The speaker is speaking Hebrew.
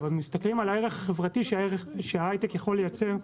ומסתכלים על הערך החברתי שההייטק יכול לייצר,